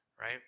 Right